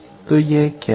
तो −¿ क्या है